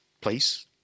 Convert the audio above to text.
place